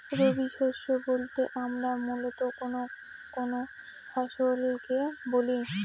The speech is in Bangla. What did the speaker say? রবি শস্য বলতে আমরা মূলত কোন কোন ফসল কে বলি?